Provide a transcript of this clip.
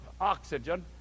oxygen